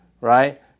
right